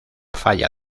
falla